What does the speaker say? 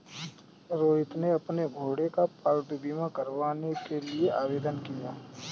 रोहित ने अपने घोड़े का पालतू बीमा करवाने के लिए आवेदन किया